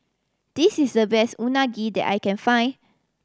this is the best Unagi that I can find